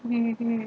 mmhmm